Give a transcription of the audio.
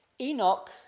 Enoch